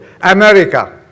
America